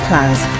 Plans